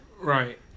Right